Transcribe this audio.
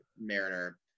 Mariner